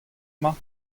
mañ